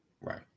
Right